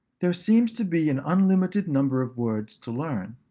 there seems to be an unlimited number of words to learn.